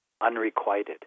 unrequited